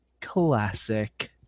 classic